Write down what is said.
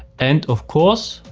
and of course,